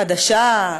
חדשה,